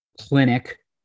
clinic